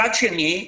מצד שני,